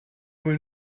wohl